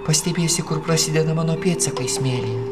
pastebėsi kur prasideda mano pėdsakai smėlyje